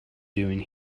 doing